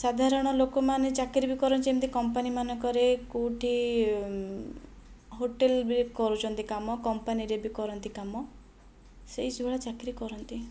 ସାଧାରଣ ଲୋକମାନେ ଚାକିରୀ ବି କରନ୍ତି ଯେମିତି କମ୍ପାନୀ ମାନଙ୍କରେ କେଉଁଠି ହୋଟେଲରେ ବି କରୁଛନ୍ତି କାମ କମ୍ପାନୀରେ ବି କରନ୍ତି କାମ ସେହିସବୁ ଭଳିଆ ଚାକିରୀ କରନ୍ତି